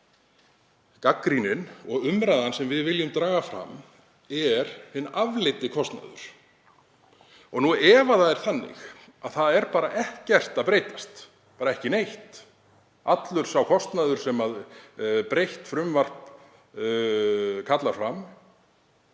Gagnrýnin og umræðan sem við viljum draga fram er hinn afleiddi kostnaður. Ef það er þannig að það er ekkert að breytast, bara ekki neitt, ef allur sá kostnaður sem breytt frumvarp kallar fram